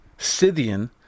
Scythian